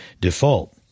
default